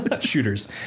Shooters